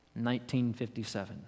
1957